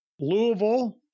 Louisville